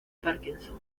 parkinson